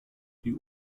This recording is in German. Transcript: die